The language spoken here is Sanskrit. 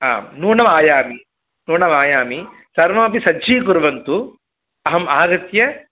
आम् नूनं आयामि नूनं आयामि सर्वमपि सज्जीकुर्वन्तु अहम् आगत्य